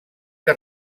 que